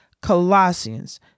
Colossians